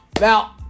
now